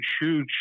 huge